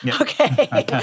Okay